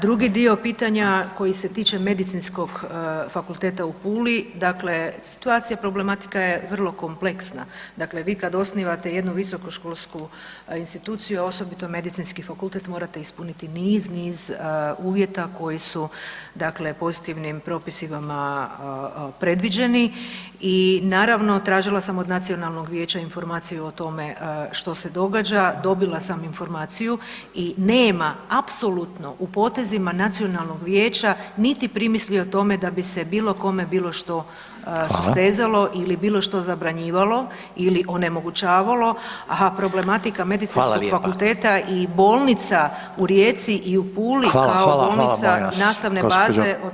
Drugi dio pitanja koji se tiče Medicinskog fakulteta u Puli, dakle, situacija i problematika je vrlo kompleksna, dakle vi kad osnivate jednu visokoškolsku instituciju a osobito Medicinski fakultet, morate ispuniti niz, niz uvjeta dakle koji su pozitivnim propisima predviđeni i naravno, tražila sam od nacionalnog vijeća informaciju po o tome što se događa, dobila sam informaciju i nema apsolutno u potezima Nacionalnog vijeća biti primisli i tome da bi se bilo kome, bilo što sustezalo [[Upadica Reiner: Hvala.]] ili bilo što zabranjivalo ili onemogućavalo a problematika Medicinskog fakulteta i [[Upadica Reiner: Hvala lijepa.]] bolnica u Rijeci i u Puli [[Upadica Reiner: Hvala, hvala, hvala, molim vas.]] kao bolnica nastavne baze, o tome možemo